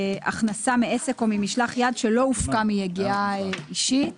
מעסק או ממשלח יד שלא הופקה מיגיעה אישית